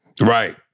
right